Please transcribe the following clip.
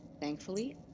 Thankfully